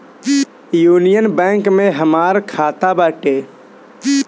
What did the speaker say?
union Bank में हमार खाता बाटे